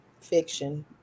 fiction